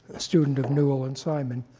student of newell and simon,